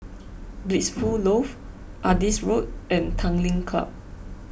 Blissful Loft Adis Road and Tanglin Club